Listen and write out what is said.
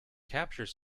capture